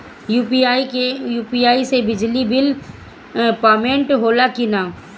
UPI से बिजली bill payment होला कि न?